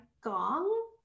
Gong